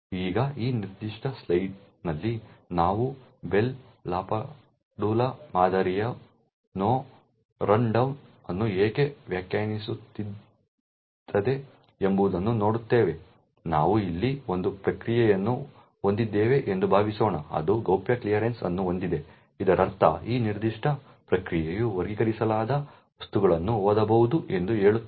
ಈಗ ಈ ನಿರ್ದಿಷ್ಟ ಸ್ಲೈಡ್ನಲ್ಲಿ ನಾವು ಬೆಲ್ ಲಾಪದುಲಾ ಮಾದರಿಯು ನೋ ರೈಟ್ ಡೌನ್ ಅನ್ನು ಏಕೆ ವ್ಯಾಖ್ಯಾನಿಸುತ್ತದೆ ಎಂಬುದನ್ನು ನೋಡುತ್ತೇವೆ ನಾವು ಇಲ್ಲಿ ಒಂದು ಪ್ರಕ್ರಿಯೆಯನ್ನು ಹೊಂದಿದ್ದೇವೆ ಎಂದು ಭಾವಿಸೋಣ ಅದು ಗೌಪ್ಯ ಕ್ಲಿಯರೆನ್ಸ್ ಅನ್ನು ಹೊಂದಿದೆ ಇದರರ್ಥ ಈ ನಿರ್ದಿಷ್ಟ ಪ್ರಕ್ರಿಯೆಯು ವರ್ಗೀಕರಿಸಲಾದ ವಸ್ತುಗಳನ್ನು ಓದಬಹುದು ಎಂದು ಹೇಳುತ್ತದೆ